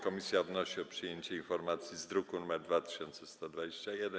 Komisja wnosi o przyjęcie informacji z druku nr 2121.